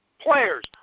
players